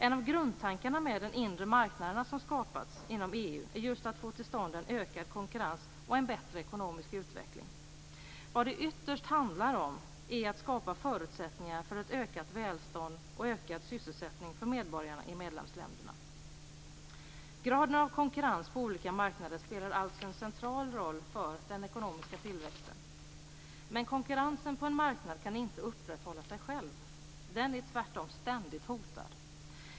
En av grundtankarna med den inre marknaden som skapats inom EU är just att få till stånd en ökad konkurrens och en bättre ekonomisk utveckling. Vad det ytterst handlar om är att skapa förutsättningar för ett ökat välstånd och ökad sysselsättning för medborgarna i medlemsländerna. Graden av konkurrens på olika marknader spelar alltså en central roll för den ekonomiska tillväxten. Men konkurrensen på en marknad kan inte upprätthålla sig själv. Den är tvärtom ständigt hotad.